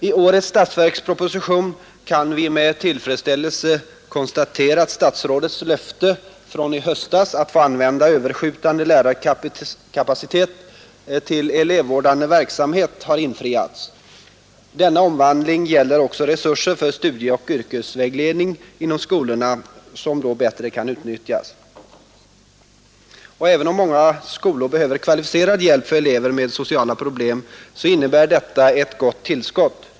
I årets statsverksproposition kan vi med tillfredsställelse konstatera att statsrådets löfte från i höstas att få använda överskjutande lärarkapacitet till elevvårdande verksamhet har infriats. Denna omvandling innebär också att resurser för studieoch yrkesvägledningen inom skolorna bättre kan utnyttjas. Även om många skolor behöver kvalificerad hjälp för elever med sociala problem så innebär detta ett gott tillskott.